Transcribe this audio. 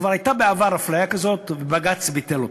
שכבר הייתה בעבר הפליה כזאת ובג"ץ ביטל אותה.